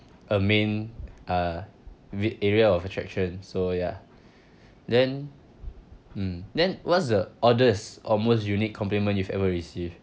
a main uh ve~ area of attraction so ya then um then what's the oddest or most unique compliment you've ever received